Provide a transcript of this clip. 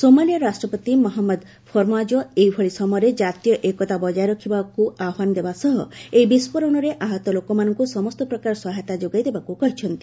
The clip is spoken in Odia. ସୋମାଲିଆ ରାଷ୍ଟ୍ରପତି ମହଞ୍ମଦ ଫର୍ମାକୋ ଏଭଳି ସମୟରେ ଜାତୀୟ ଏକତା ବଜାୟ ରଖିବାକୁ ଆହ୍ୱାନ ଦେବା ସହ ଏହି ବିସ୍ଫୋରଣରେ ଆହତ ଲୋକମାନଙ୍କୁ ସମସ୍ତ ପ୍ରକାର ସହାୟତା ଯୋଗାଇଦେବାକୁ କହିଛନ୍ତି